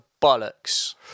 bollocks